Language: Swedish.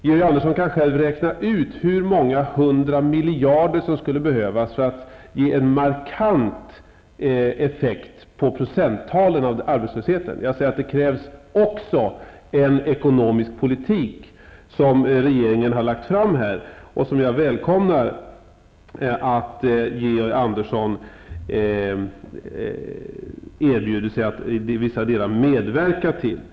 Georg Andersson kan själv räkna ut hur många hundra miljarder som skulle behövas för att ge en markant effekt på arbetslöshetens procenttal. Det krävs också en ekonomisk politik, som regeringen nu har lagt fram förslag om -- jag välkomnar att Georg Andersson erbjuder sig att i vissa delar medverka till den.